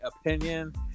opinion